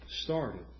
started